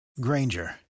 Granger